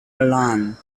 milan